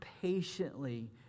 patiently